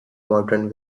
modern